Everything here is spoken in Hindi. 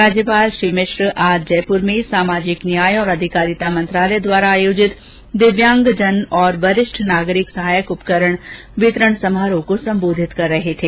राज्यपाल श्री मिश्र आज जयपुर में सामाजिक न्याय और अधिकारिता मंत्रालय द्वारा आयोजित दिव्यांगजन तथा वरिष्ठ नागरिक सहायक उपकरण वितरणसमरोह को संबोधित कर रहे थे